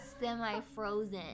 semi-frozen